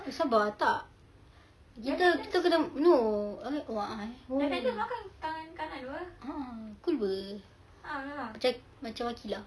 eh sabar tak kita kita kena no eh oh a'ah eh oh a'ah cool [pe] macam aqilah